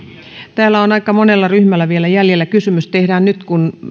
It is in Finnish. täällä on vielä aika monella ryhmällä kysymys jäljellä tehdään nyt niin kun